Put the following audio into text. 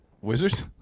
Wizards